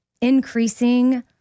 increasing